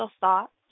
thoughts